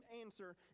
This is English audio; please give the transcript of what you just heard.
answer